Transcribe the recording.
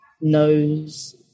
knows